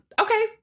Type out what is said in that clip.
Okay